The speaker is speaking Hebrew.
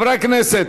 חברי הכנסת,